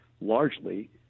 largely